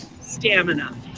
stamina